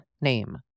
name